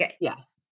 yes